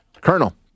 Colonel